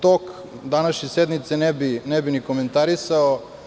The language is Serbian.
Tok današnje sednice ne bih ni komentarisao.